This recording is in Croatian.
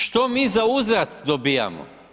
Što mi za uzvrat dobivamo?